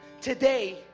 today